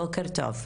בוקר טוב,